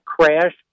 crash